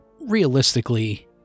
Realistically